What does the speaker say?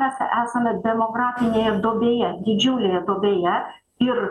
mes esame demografinėje duobėje didžiulėje duobėje ir